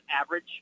average